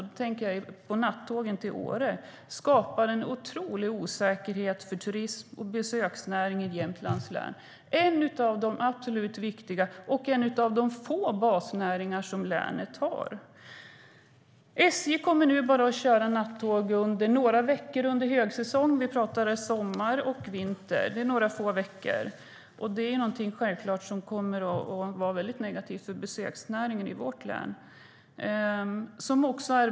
Jag tänker då på nattågen till Åre. Det skapar en otrolig osäkerhet för turism och besöksnäring i Jämtlands län, som är en av de viktiga och få basnäringar som länet har. SJ kommer nu bara att köra nattåg under några veckor under högsäsong. Vi talar om sommar och vinter under några få veckor. Det kommer självklart att vara väldigt negativt för besöksnäringen i vårt län.